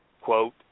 quote